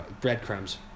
breadcrumbs